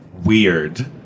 Weird